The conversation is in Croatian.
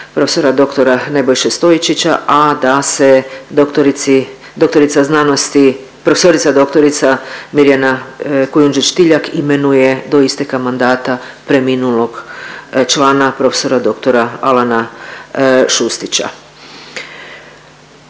profesora dr. Nebojše Stojčića, a da se dr., dr. sc., profesorica dr. Mirjana Kujundžić Tiljak imenuje do isteka mandata preminulog člana profesora dr. Alana Šustića.